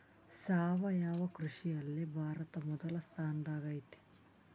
ಸಾವಯವ ಕೃಷಿಯಲ್ಲಿ ಭಾರತ ಮೊದಲ ಸ್ಥಾನದಾಗ್ ಐತಿ